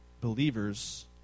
believers